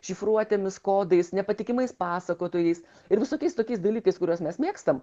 šifruotėmis kodais nepatikimais pasakotojais ir visokiais tokiais dalykais kuriuos mes mėgstam